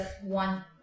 one